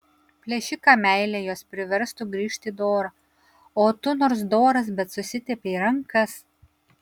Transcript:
plėšiką meilė jos priverstų grįžt į dorą o tu nors doras bet susitepei rankas